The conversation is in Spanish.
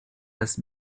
las